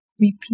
Repeat